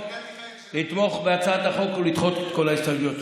לתמוך בהצעת החוק ולדחות את כל ההסתייגויות.